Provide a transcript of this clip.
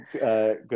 good